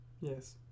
Yes